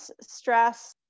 stress